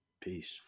Peace